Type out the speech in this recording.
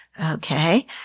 Okay